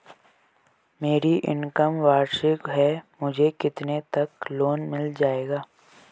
मेरी इनकम वार्षिक है मुझे कितने तक लोन मिल जाएगा?